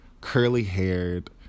curly-haired